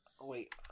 wait